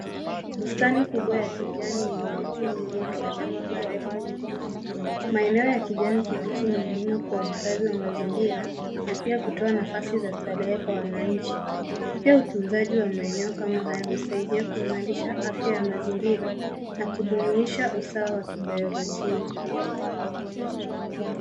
Bustani kubwa ya kijani yenye miti mingi na majengo marefu nyuma. Maeneo ya kijani kibichi ni muhimu kwa uhifadhi wa mazingira na pia kutoa nafasi za starehe kwa wananchi. Pia utunzaji wa maeneo kama haya usaidia kuimarisha afya ya mazingira na kudumuisha usawa wa kibiolojia.